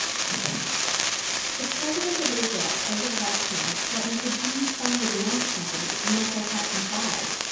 shut down the phone the president of israel, ezer weitzman, threatened to defund the dance company unless ohad complied.